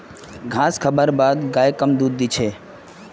घास खा बार बाद गाय कम दूध दी छे